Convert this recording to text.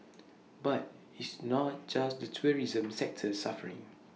but it's not just the tourism sector suffering